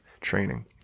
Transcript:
training